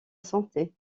santé